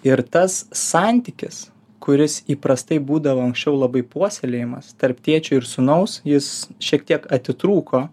ir tas santykis kuris įprastai būdavo anksčiau labai puoselėjamas tarp tėčio ir sūnaus jis šiek tiek atitrūko